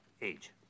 age